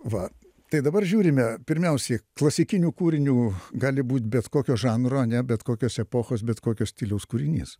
va tai dabar žiūrime pirmiausiai klasikinių kūrinių gali būt bet kokio žanro ane bet kokios epochos bet kokio stiliaus kūrinys